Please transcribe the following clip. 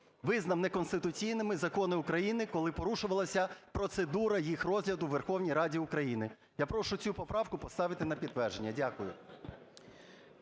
визнав неконституційними закони України, коли порушувалася процедура їх розгляду у Верховній Раді України. Я прошу цю поправку поставити на підтвердження. Дякую.